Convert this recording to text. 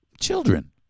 children